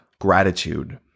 gratitude